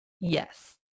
Yes